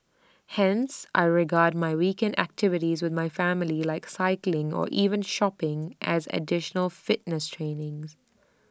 hence I regard my weekend activities with my family like cycling or even shopping as additional fitness training